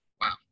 Wow